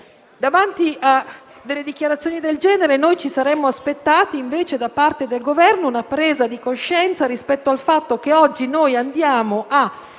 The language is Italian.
davanti a dichiarazioni del genere, ci saremmo aspettati piuttosto, da parte del Governo, una presa di coscienza rispetto al fatto che oggi andiamo a